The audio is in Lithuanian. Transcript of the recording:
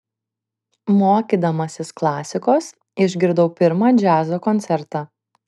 mokydamasis klasikos išgirdau pirmą džiazo koncertą